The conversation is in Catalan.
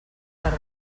per